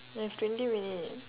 we have twenty minute